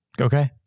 Okay